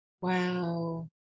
Wow